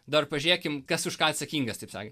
dabar pažiūrėkim kas už ką atsakingas taip sakant